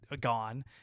gone